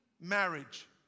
marriage